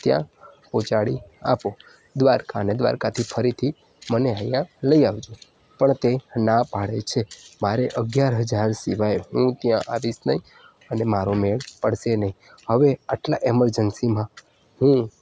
ત્યાં પહોંચાડી આપો દ્વારકા અને દ્વારકાથી ફરીથી મને અહીંયા લઈ આવો પણ તે ના પાડે છે મારે અગિયાર હજાર સિવાય હું ત્યાં આવીશ નહીં અને મારો મેળ પડશે નહીં હવે આટલાં ઇમરજન્સીમાં હું